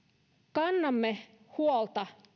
kannamme huolta